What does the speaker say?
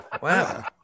wow